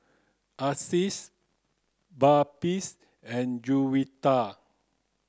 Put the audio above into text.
Aziz Balqis and Juwita